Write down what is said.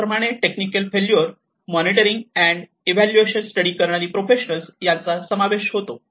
त्याचप्रमाणे technical failure monitoring and valuation study करणारी professionals यांचा समावेश होतो